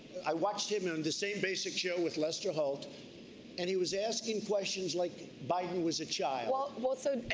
i washed him and on the same basic show with lester holt and he was asking questions like biden was a child. this so ah